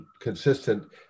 consistent